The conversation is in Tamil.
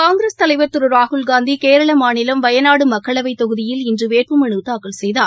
காங்கிரஸ் தலைவா் திருராகுல் காந்திகேரளமாநிலம் வயநாடுமக்களவைதொகுதியில் இன்றுவேட்பு மனுதாக்கல் செய்தார்